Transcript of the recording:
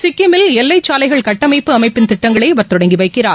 சிக்கிமில் எல்லைச் சாலைகள் கட்டமைப்பு அமைப்பின் திட்டங்களை அவர் தொடங்கி வைக்கிறார்